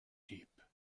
deep